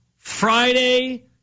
Friday